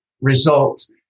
results